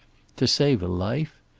to save a life?